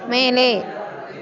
மேலே